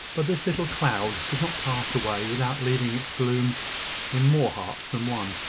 but this little cloud did not pass away without leaving its gloom in more hearts than one.